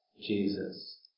Jesus